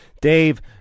Dave